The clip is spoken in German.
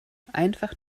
einfach